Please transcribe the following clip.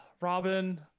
Robin